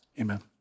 Amen